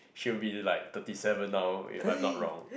she'll be like thirty seven now if I'm not wrong